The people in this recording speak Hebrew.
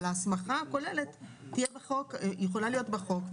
אבל ההסמכה הכוללת יכולה להיות בחוק,